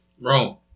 Rome